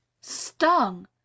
Stung